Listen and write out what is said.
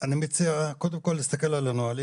אני מציע, קודם כל להסתכל על הנהלים.